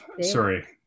Sorry